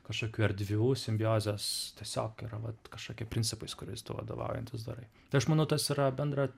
kažkokių erdvių simbiozės tiesiog yra vat kažkokie principais kuriais tu vadovaujantis darai tai aš manau tas yra bendra